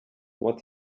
what